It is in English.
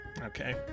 Okay